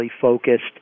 focused